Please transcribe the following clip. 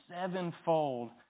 sevenfold